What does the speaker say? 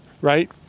right